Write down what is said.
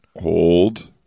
hold